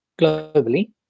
globally